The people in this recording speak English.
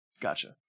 Gotcha